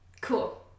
Cool